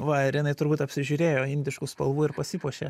va ir jinai turbūt apsižiūrėjo indiškų spalvų ir pasipuošė